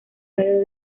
radio